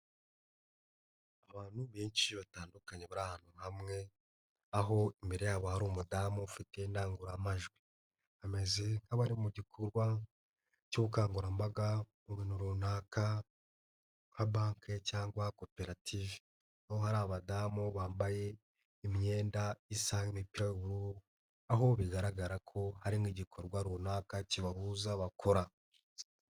Abantu benshi batandukanye bari ahantu hamwe, aho imbere yabo hari umudamu ufite indangururamajwi. Bameze nk'abari mu gikorwa cy'ubukangurambaga mu bintu runaka nka banki cyangwa koperative. Aho hari abadamu bambaye imyenda isa n'imipira y'ubururu, aho bigaragara ko hari n'igikorwa runaka kibahuza bakora.